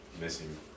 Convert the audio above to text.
missing